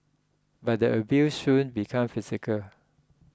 but the abuse soon became physical